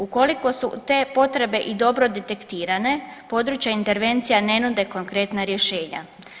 Ukoliko su te potrebe i dobro detektirane, područja intervencija ne nude konkretna rješenja.